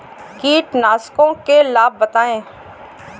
कीटनाशकों के लाभ बताएँ?